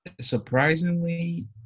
surprisingly